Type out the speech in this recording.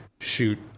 shoot